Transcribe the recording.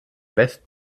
best